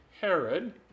Herod